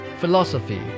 philosophy